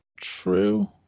true